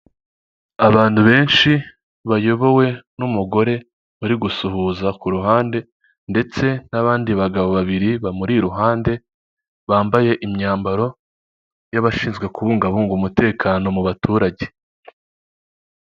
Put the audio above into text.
Abantu benshi bayobowe n'umugore bari gusuhuza ku ruhande ndetse n'abandi bagabo babiri bamuri iruhande bambaye, imyambaro y'abashinzwe kubungabunga umutekano mu baturage.